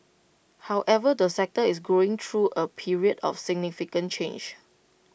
however the sector is going through A period of significant change